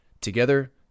Together